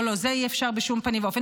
לא, לא, זה אי-אפשר בשום פנים ואופן.